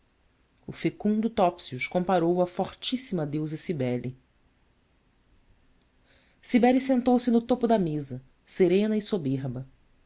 o fecundo topsius comparou a à fortíssima deusa cibele cibele sentou-se no topo da mesa serena e soberba